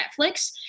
Netflix